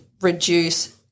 reduce